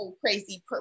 crazy